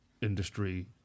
industry